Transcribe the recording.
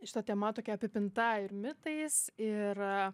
šita tema tokia apipinta ir mitais ir